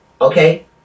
Okay